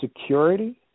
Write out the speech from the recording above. security